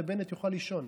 ובנט יוכל לישון.